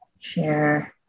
Share